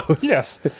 Yes